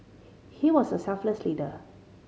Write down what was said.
he was a selfless leader